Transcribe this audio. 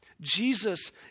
Jesus